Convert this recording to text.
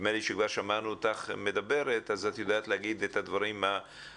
נדמה לי שכבר שמענו אותך מדברת אז את יודעת להגיד את כל הדברים בקיצור.